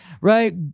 right